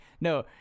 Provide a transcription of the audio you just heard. no